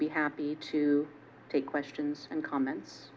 be happy to take questions and comments